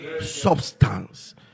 Substance